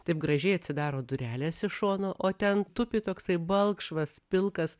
taip gražiai atsidaro durelės iš šono o ten tupi toksai balkšvas pilkas